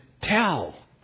tell